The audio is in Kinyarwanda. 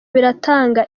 biratanga